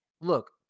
look